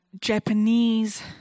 Japanese